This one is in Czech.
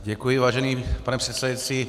Děkuji, vážený pane předsedající.